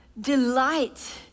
delight